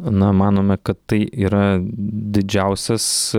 na manome kad tai yra didžiausias